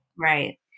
Right